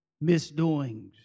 misdoings